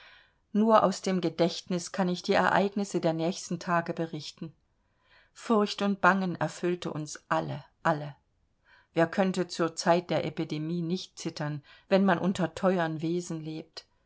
nur aus dem gedächtnis kann ich die ereignisse der nächsten tage berichten furcht und bangen erfüllte uns alle alle wer könnte zur zeit der epidemie nicht zittern wenn man unter teuern wesen lebt